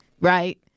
right